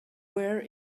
were